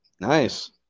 Nice